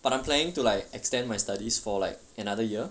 but I'm planning to like extend my studies for like another year